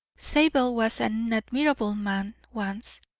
zabel was an admirable man once,